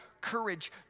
courage